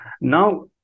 Now